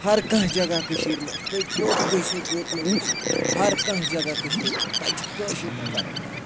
ہرکانٛہہ جگہ کٔشیٖرِ مَنٛز تُہۍ کوٚت گٔژھِو کوٚت نہٕ گژھِو ہر کانٛہہ جگہ کٔشیٖرِ منٛز تَتہِ چھِ کٲشُر کَرَن کَتھ